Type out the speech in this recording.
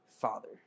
Father